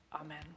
Amen